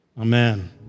Amen